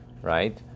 right